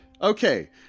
Okay